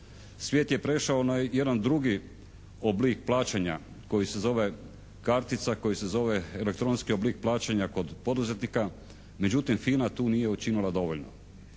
Svijet je prešao na jedan drugi oblik plaćanja koji se zove kartica, koji se zove elektronski oblik plaćanja kod poduzetnika, međutim FINA tu nije učinila dovoljno.